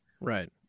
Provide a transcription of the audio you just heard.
Right